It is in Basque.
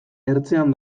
ertzean